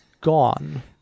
gone